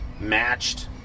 matched